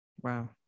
Wow